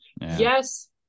Yes